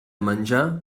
menjar